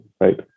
right